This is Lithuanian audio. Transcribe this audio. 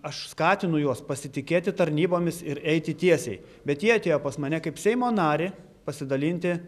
aš skatinu juos pasitikėti tarnybomis ir eiti tiesiai bet jie atėjo pas mane kaip seimo narį pasidalinti